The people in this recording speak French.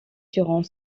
durant